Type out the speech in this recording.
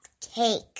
cake